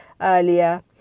earlier